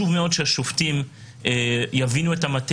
קריאה של דוחות כספיים זה לא דבר מובן מאליו ולא כל אחד מבין אותו.